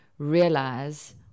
realize